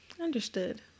Understood